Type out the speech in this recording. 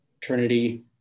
Trinity